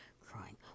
crying